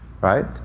Right